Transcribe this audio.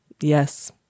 yes